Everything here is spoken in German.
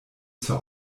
zur